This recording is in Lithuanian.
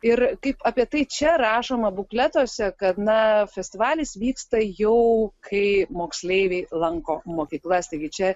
ir kaip apie tai čia rašoma bukletuose kad na festivalis vyksta jau kai moksleiviai lanko mokyklas taigi čia